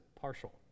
partial